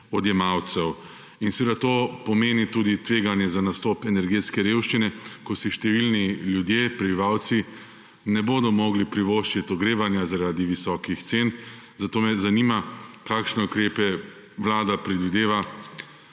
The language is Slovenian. odjemalcev. Seveda to pomeni tudi tveganje za nastop energetske revščine, ko si številni ljudje, prebivalci ne bodo mogli privoščiti ogrevanja zaradi visokih cen. Zato me zanima: Kakšne ukrepe Vlada predvideva,